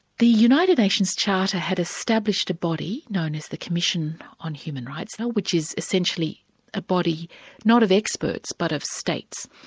the united nations charter had established a body known as the commission on human rights, which is essentially a body not of experts but of states,